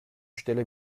stelle